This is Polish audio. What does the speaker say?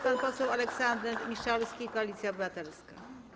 Pan poseł Aleksander Miszalski, Koalicja Obywatelska.